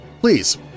please